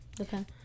Okay